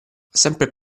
sempre